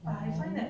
oh